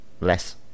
less